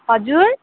हजुर